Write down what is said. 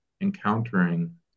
encountering